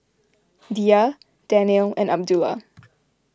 Dhia Daniel and Abdullah